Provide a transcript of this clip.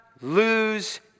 lose